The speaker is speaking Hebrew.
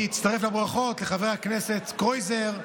אני אצטרף לברכות לחבר הכנסת קרויזר,